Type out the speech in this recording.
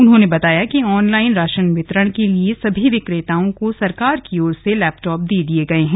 उन्होंने बताया कि ऑनलाइन राशन वितरण के लिए सभी विक्रेताओं को सरकार की ओर से लैपटॉप दे दिए गए हैं